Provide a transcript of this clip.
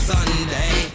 Sunday